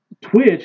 twitch